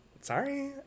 Sorry